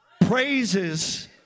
praises